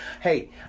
Hey